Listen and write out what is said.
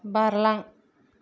बारलां